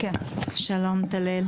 שלום טל-אל.